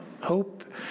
Hope